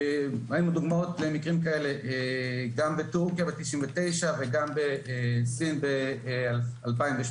ראינו דוגמאות למקרים כאלה גם בטורקיה ב-99 וגם בסין ב-2008.